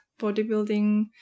bodybuilding